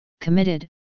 committed